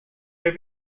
have